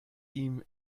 ihm